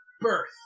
birth